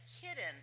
hidden